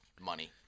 money